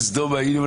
כסדום היינו,